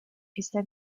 está